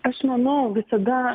aš manau visada